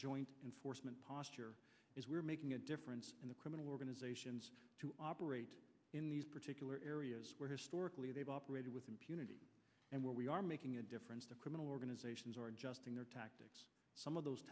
joint enforcement posture is we're making a difference in the criminal organizations to operate in these particular areas where historically they've operated with impunity and where we are making a difference to criminal organizations or adjusting their tactics some of those